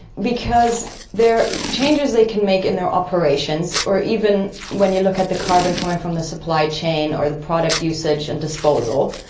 because there are changes they can make in their operations or even when you look at the carbon coming from the supply chain or the product usage and disposal.